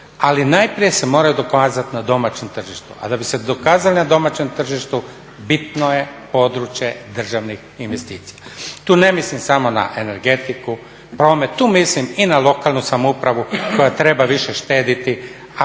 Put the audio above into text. Ali najprije se moraju dokazati na domaćem tržištu, a da bi se dokazali na domaćem tržištu bitno je područje državnih investicija. Tu ne mislim samo na energetiku, promet, tu mislim i na lokalnu samoupravu koja treba više štediti,